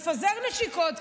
מפזר נשיקות,